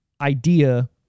idea